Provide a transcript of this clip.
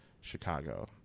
Chicago